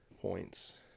points